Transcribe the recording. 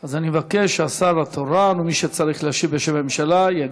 אז אני מבקש שהשר התורן או מי שצריך להשיב בשם הממשלה יגיע.